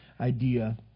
idea